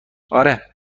اره